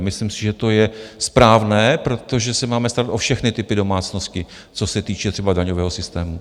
Myslím si, že to je správné, protože se máme starat o všechny typy domácností, co se týče třeba daňového systému.